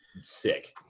sick